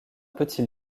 petit